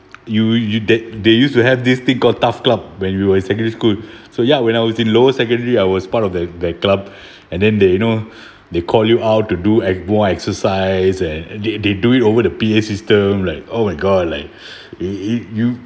you would you that they used to have this thing called tough club when we were in secondary school so ya when I was in lower secondary I was part of the that club and then they you know they call you out to do ex~ more exercise and they they do it over the P_A system like oh my god like eh eh you